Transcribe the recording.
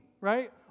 right